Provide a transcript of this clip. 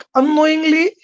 unknowingly